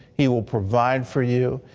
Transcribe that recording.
he will provide for you.